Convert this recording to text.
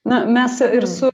na mes ir su